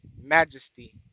Majesty